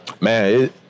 Man